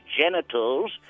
genitals